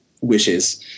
wishes